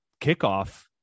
kickoff